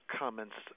comments